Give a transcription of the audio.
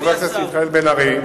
חבר הכנסת בן-ארי,